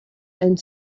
and